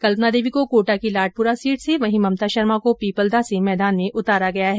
कल्पना देवी को कोटा की लाडपुरा सीट से वहीं ममता शर्मा को पीपलदा से मैदान में उतारा गया है